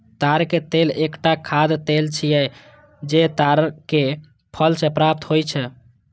ताड़क तेल एकटा खाद्य तेल छियै, जे ताड़क फल सं प्राप्त होइ छै